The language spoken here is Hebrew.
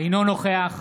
אינו נוכח